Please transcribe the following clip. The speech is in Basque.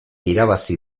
irabazi